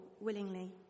willingly